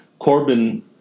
Corbyn